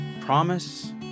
promise